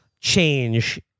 change